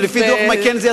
לפי דוח "מקינזי",